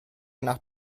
nach